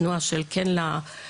התנועה של כן לעובד,